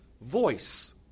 voice